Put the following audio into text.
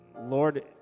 Lord